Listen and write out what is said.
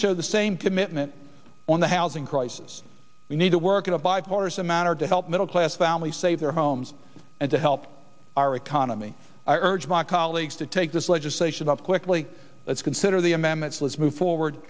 show the same commitment on the housing crisis we need to work it out by voters a matter to help middle class families save their homes and to help our economy i urge my colleagues to take this legislation up quickly let's consider the amendments let's move forward